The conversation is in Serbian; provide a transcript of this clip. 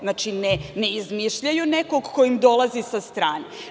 Znači, ne izmišljaju nekog ko im dolazi sa strane.